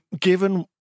given